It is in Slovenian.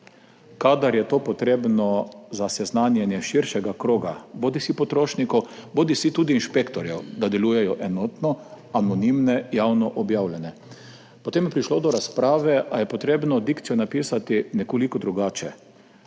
kadar je to potrebno za seznanjanje širšega kroga, bodisi potrošnikov bodisi tudi inšpektorjev, da delujejo enotno, anonimne, javno objavljene. Potem je prišlo do razprave, ali je treba dikcijo napisati nekoliko drugače,